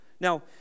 now